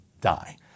die